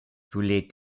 voulait